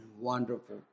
wonderful